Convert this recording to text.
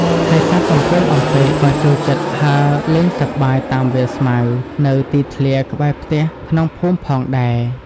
ហើយសត្វអំពិលអំពែកក៏ចូលចិត្តហើរលេងសប្បាយតាមវាលស្មៅ នៅទីធ្លាក្បែរផ្ទះក្នុងភូមិផងដែរ។